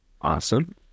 Awesome